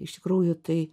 iš tikrųjų tai